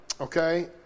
okay